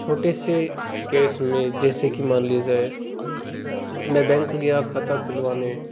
छोटे से केस में जैसे कि मान लीजिए मैं बैंक गया खाता खुलवाने